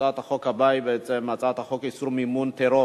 בעד 13,